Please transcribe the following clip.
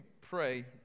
pray